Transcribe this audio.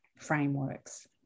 frameworks